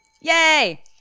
Yay